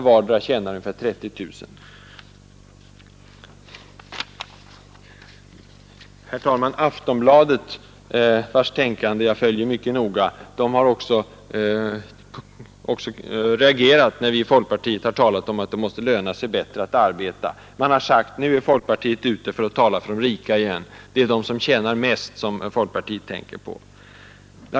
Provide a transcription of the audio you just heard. Herr talman! Aftonbladet, vars tänkande jag följer mycket noga, har också reagerat när vi i folkpartiet talat om att det måste löna sig bättre att arbeta. Man har sagt: Nu är folkpartiet ute för att tala för de rika igen! Det är de som tjänar mest som folkpartiet tänker på.